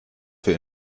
für